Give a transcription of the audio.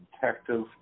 detective